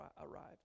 arrived